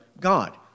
God